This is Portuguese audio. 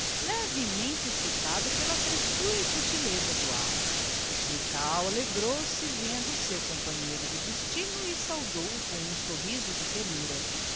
levemente excitado pela frescura e subtileza do ar milkau alegrou-se vendo o seu companheiro de destino e saudou o com um sorriso de ternura